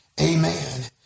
Amen